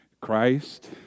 Christ